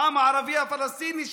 העם הערבי הפלסטיני,